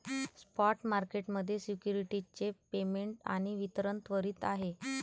spot market मध्ये securities चे payment आणि वितरण त्वरित आहे